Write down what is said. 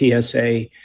TSA